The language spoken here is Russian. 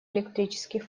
электрических